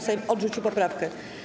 Sejm odrzucił poprawkę.